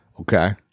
Okay